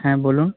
হ্যাঁ বলুন